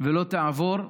ולא תעבור,